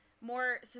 more